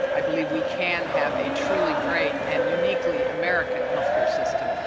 i believe we can have a truly great and uniquely american healthcare system.